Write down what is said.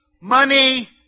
Money